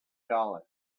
dollars